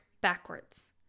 backwards